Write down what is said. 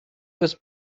was